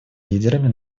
лидерами